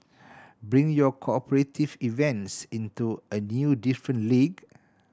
bring your cooperate events into a new different league